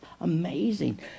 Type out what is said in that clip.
amazing